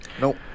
Nope